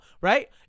Right